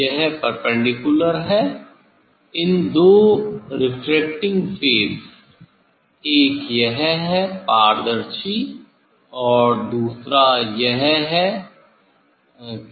यह परपेंडिकुलर हैइन दो रेफ्रेक्टिंग फेस एक यह है पारदर्शी और दूसरा यह है के